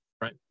right